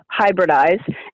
hybridize